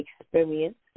experience